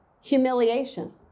humiliation